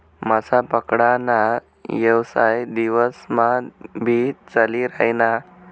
मासा पकडा ना येवसाय दिवस मा भी चाली रायना